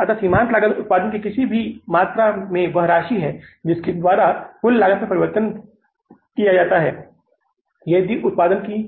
अतः सीमांत लागत उत्पादन की किसी भी मात्रा में वह राशि है जिसके द्वारा कुल लागत में परिवर्तन किया जाता है यदि उत्पादन की